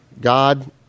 God